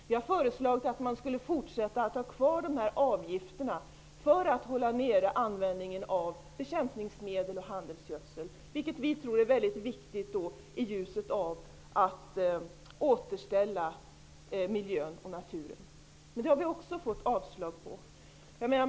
Vi har vidare föreslagit att man skulle ha kvar prisregleringsavgifterna för att användningen av bekämpningsmedel och handelsgödsel skall kunna hållas nere, vilket vi i ljuset av att man skall återställa naturen och miljön tror är väldigt viktigt. Men inte heller detta har vi fått igenom.